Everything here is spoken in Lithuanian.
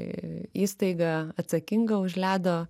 įstaiga atsakinga už ledo